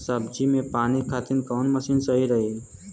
सब्जी में पानी खातिन कवन मशीन सही रही?